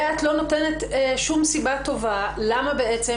ואת לא נותנת שום סיבה טובה למה בכלל,